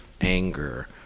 anger